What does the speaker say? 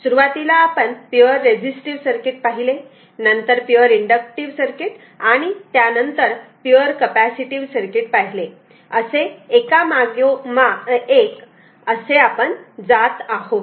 सुरुवातीला आपण pure resistive circuit पाहिले नंतर पिवर इंडक्टिव्ह सर्किट आणि त्यानंतर पिवर कॅपॅसिटीव्ह सर्किट पाहिले असे एकामागे एक आपण जात आहोत